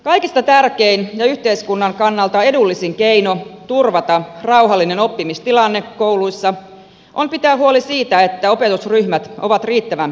kaikista tärkein ja yhteiskunnan kannalta edullisin keino turvata rauhallinen oppimistilanne kouluissa on pitää huoli siitä että opetusryhmät ovat riittävän pieniä